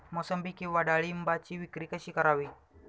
मोसंबी किंवा डाळिंबाची विक्री कशी करावी?